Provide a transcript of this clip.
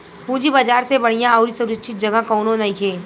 पूंजी बाजार से बढ़िया अउरी सुरक्षित जगह कौनो नइखे